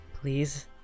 Please